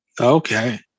okay